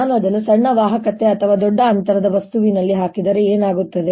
ನಾನು ಅದನ್ನು ಸಣ್ಣ ವಾಹಕತೆ ಅಥವಾ ದೊಡ್ಡ ಅಂತರದ ವಸ್ತುವಿನಲ್ಲಿ ಹಾಕಿದರೆ ಏನಾಗುತ್ತದೆ